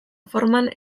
forman